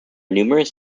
numerous